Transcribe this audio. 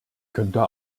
könnte